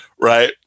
Right